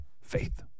faith